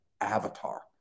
avatar